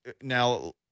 now